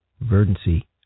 verdancy